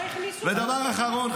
ודבר אחרון,